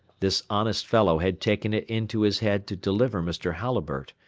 this honest fellow had taken it into his head to deliver mr. halliburtt,